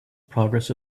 progress